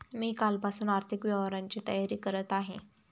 मी कालपासून आर्थिक व्यवहारांची तयारी करत आहे